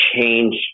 change